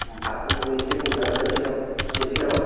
फाथोखौनो एसे मोजां खोसै नामा फोनसै नामा